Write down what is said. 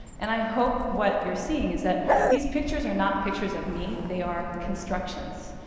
and i hope what you're seeing is that these pictures are not pictures of me. they are constructions,